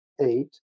eight